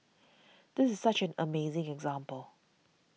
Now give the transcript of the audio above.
this is such an amazing example